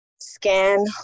scan